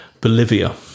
Bolivia